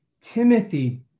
Timothy